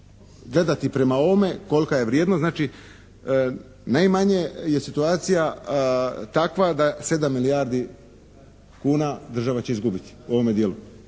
gledati prema ovome kolika je vrijednost znači najmanje je situacija takva da 7 milijardi kuna država će izgubiti u ovome dijelu,